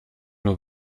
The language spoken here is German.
nur